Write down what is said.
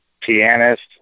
pianist